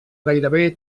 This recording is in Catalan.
gairebé